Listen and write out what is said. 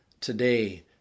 today